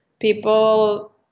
people